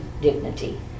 dignity